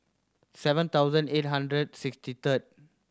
seven thousand eight hundred sixty third